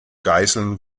geiseln